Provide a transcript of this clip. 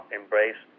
embrace